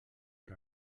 per